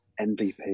MVP